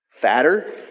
fatter